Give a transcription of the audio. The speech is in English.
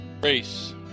Grace